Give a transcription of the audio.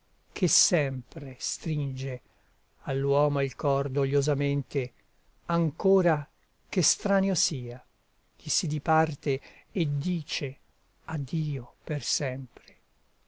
che sempre stringe all'uomo il cor dogliosamente ancora ch'estranio sia chi si diparte e dice addio per sempre